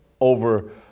over